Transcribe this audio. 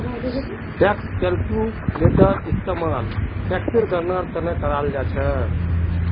tax calculator इस्तेमाल टेक्सेर गणनार त न कराल जा छेक